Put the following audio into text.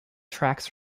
tracks